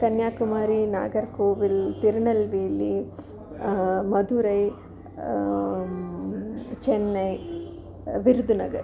Kanyakumari Nagercoil Tirunelveli Madurai Chennai Virudhunagar